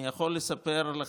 אני יכול לספר לכם,